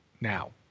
now